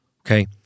Okay